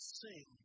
sing